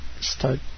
start